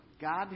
God